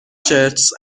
shirts